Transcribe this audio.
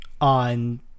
on